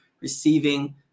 receiving